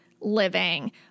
living